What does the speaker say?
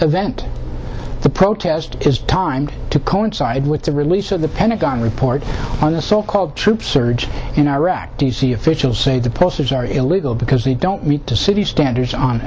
the protest is timed to coincide with the release of the pentagon report on the so called troop surge in iraq d c officials say the posters are illegal because they don't meet the city's standards on